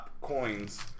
coins